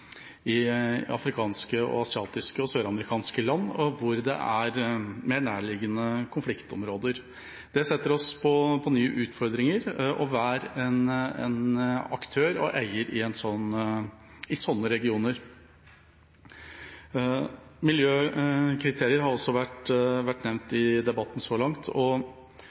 i afrikanske, asiatiske og søramerikanske land, der det er mer nærliggende konfliktområder. Det stiller oss og enhver aktør og eier i sånne regioner overfor nye utfordringer. Miljøkriterier har også vært nevnt i debatten så langt.